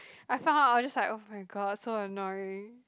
I found I was just like oh-my-god so annoying